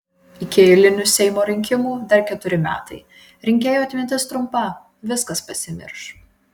iki eilinių seimo rinkimų dar keturi metai rinkėjų atmintis trumpa viskas pasimirš